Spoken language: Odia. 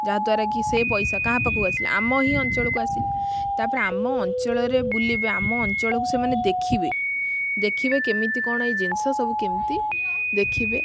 ଯାହାଦ୍ୱାରା କି ସେ ପଇସା କାହା ପାଖକୁ ଆସିଲା ଆମ ହିଁ ଅଞ୍ଚଳକୁ ଆସିଲା ତାପରେ ଆମ ଅଞ୍ଚଳରେ ବୁଲିବେ ଆମ ଅଞ୍ଚଳକୁ ସେମାନେ ଦେଖିବେ ଦେଖିବେ କେମିତି କ'ଣ ଏ ଜିନିଷ ସବୁ କେମତି ଦେଖିବେ